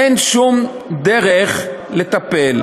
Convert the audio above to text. אין שום דרך לטפל,